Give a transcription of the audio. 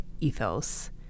ethos